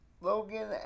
Logan